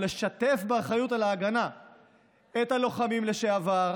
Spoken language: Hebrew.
לשתף באחריות להגנה את הלוחמים לשעבר,